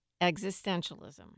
existentialism